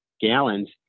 gallons